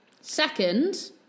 Second